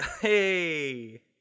Hey